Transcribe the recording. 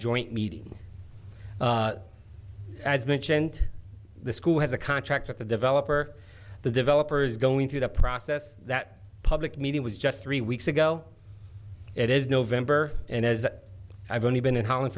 joint meeting as mentioned the school has a contract with the developer the developers going through the process that public meeting was just three weeks ago it is november and as i've only been in holland